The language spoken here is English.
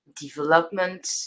development